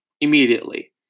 immediately